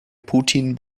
putin